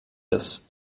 das